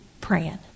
praying